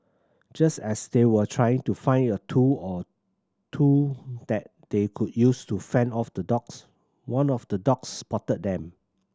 just as they were trying to find a tool or two that they could use to fend off the dogs one of the dogs spotted them